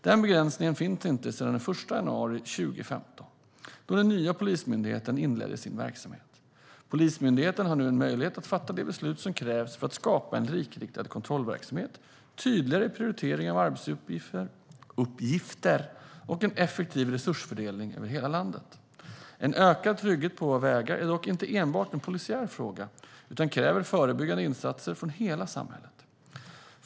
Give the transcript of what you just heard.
Den begränsningen finns inte sedan den 1 januari 2015, då den nya Polismyndigheten inledde sin verksamhet. Polismyndigheten har nu möjlighet att fatta de beslut som krävs för att skapa en likriktad kontrollverksamhet, tydligare prioriteringar av arbetsuppgifter och en effektiv resursfördelning över hela landet. En ökad trygghet på våra vägar är dock inte enbart en polisiär fråga utan kräver förebyggande insatser från hela samhället.